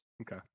Okay